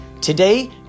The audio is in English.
today